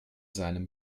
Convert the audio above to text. seinem